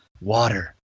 Water